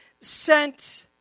sent